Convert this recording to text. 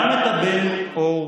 גם את הבן אור.